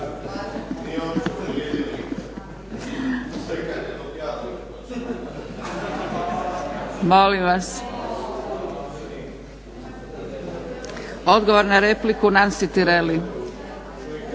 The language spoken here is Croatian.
Odgovor na repliku, Nansi Tireli.